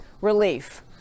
relief